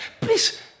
Please